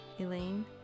Elaine